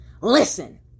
Listen